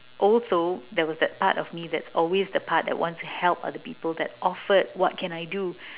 also there was that part of me that's always the part that wants to help other people that offered what can I do